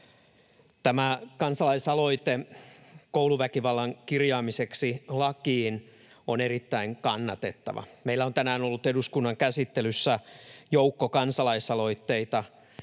Tämä kansalaisaloite kouluväkivallan kirjaamiseksi lakiin on erittäin kannatettava. Meillä on tänään ollut eduskunnan käsittelyssä joukko kansalaisaloitteita,